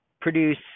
produce